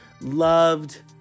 loved